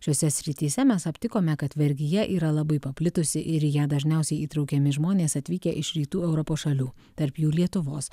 šiose srityse mes aptikome kad vergija yra labai paplitusi ir į ją dažniausiai įtraukiami žmonės atvykę iš rytų europos šalių tarp jų lietuvos